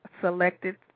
selected